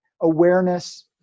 awareness